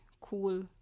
cool